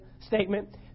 statement